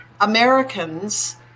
Americans